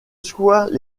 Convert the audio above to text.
soient